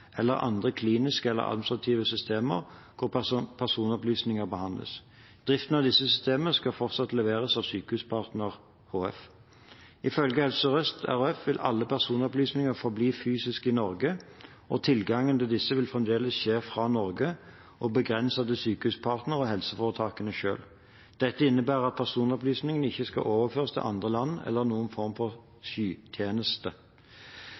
eller andre kliniske eller administrative systemer hvor personopplysninger behandles. Driften av disse systemene skal fortsatt leveres av Sykehuspartner HF. Ifølge Helse Sør-Øst RHF vil alle personopplysninger forbli fysisk i Norge, og tilgangen til disse vil fremdeles skje fra Norge og være begrenset til Sykehuspartner og helseforetakene selv. Dette innebærer at personopplysningene ikke skal overføres til andre land eller noen form